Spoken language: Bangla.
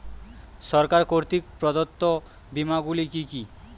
সরকার কর্তৃক প্রদত্ত বিমা গুলি কি কি?